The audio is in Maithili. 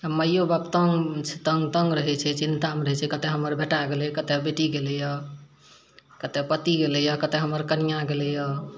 मायो बाप तङ्ग छै तङ्ग तङ्ग रहै छै चिन्तामे रहै छै कतऽ हमर बेटा गेलै कतऽ हमर बेटी गेलैए कतऽ पति गेलैए कतऽ हमर कनियाँ गेलैए